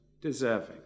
deserving